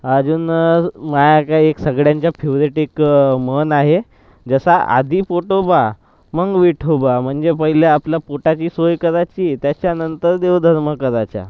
अजून माझा काय एक सगळ्यांचा फेवरेट एक म्हण आहे जसा आधी पोटोबा मग विठोबा म्हणजे पहिले आपलं पोटाची सोय करायची त्याच्यानंतर देवधर्म करायचा